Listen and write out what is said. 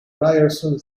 ryerson